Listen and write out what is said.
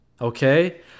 okay